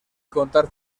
contar